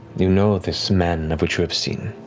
you know this man of which you have seen.